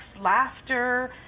laughter